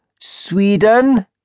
Sweden